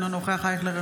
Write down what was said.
אינו נוכח ישראל אייכלר,